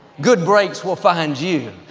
good breaks will find you.